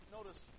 Notice